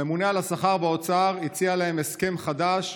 הממונה על השכר באוצר הציע להם הסכם חדש,